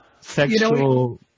sexual